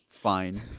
fine